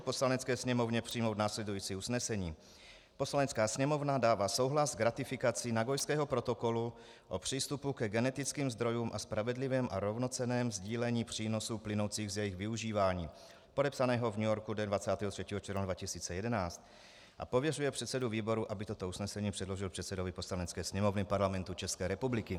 Poslanecké sněmovně přijmout následující usnesení: Poslanecká sněmovna dává souhlas k ratifikaci Nagojského protokolu o přístupu ke genetickým zdrojům a spravedlivém a rovnocenném sdílení přínosů plynoucích z jejich využívání, podepsaného v New Yorku dne 23. června 2011, a pověřuje předsedu výboru, aby toto usnesení předložil předsedovi Poslanecké sněmovny Parlamentu České republiky.